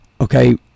Okay